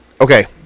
okay